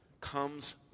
comes